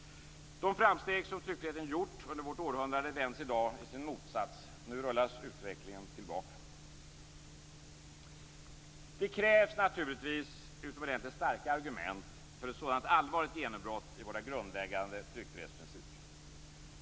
De framsteg som tryckfriheten gjort under vårt århundrade vänds i dag i sin motsats. Nu rullas utvecklingen tillbaka. Det krävs naturligtvis utomordentligt starka argument för ett sådant allvarligt genombrott i våra grundläggande tryckfrihetsprinciper.